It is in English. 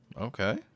Okay